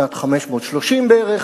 בשנת 530 בערך,